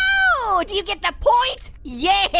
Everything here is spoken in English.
ah do you get the point? yeah, yeah